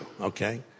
okay